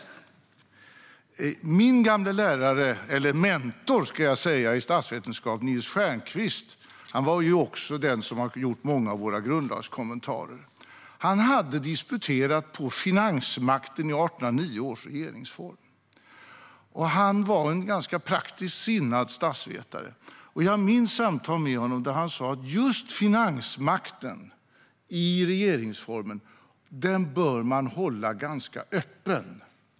Min gamle lärare - eller mentor, ska jag säga - i statsvetenskap, Nils Stjernquist, var även den som har gjort många av våra grundlagskommentarer. Han hade disputerat på finansmakten i 1809 år regeringsform, och han var en ganska praktiskt sinnad statsvetare. Jag minns samtal med honom där han sa att man bör hålla just finansmakten i regeringsformen ganska öppen.